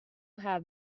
have